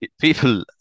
people